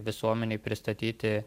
visuomenei pristatyti